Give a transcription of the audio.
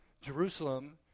Jerusalem